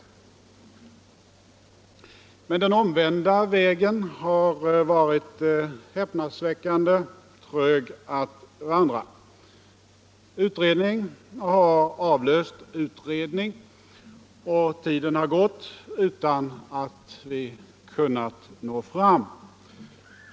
Men den omvända vägen har varit häpnadsväckande trög att vandra. Utredning har avlöst utredning, och tiden har gått utan att vi kunnat nå fram.